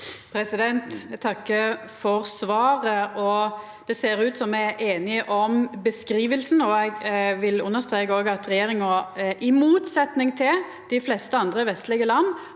Eg takkar for svaret. Det ser ut som vi er einige om beskrivinga. Eg vil understreka at regjeringa, i motsetning til dei fleste andre vestlege land,